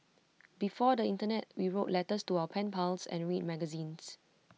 before the Internet we wrote letters to our pen pals and read magazines